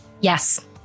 Yes